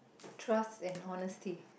trust and honesty